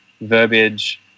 verbiage